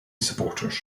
supporters